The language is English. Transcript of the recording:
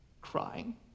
crying